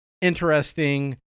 interesting